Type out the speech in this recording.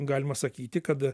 galima sakyti kad